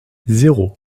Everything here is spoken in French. zéro